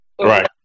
Right